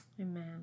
Amen